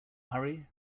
hurry